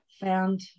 found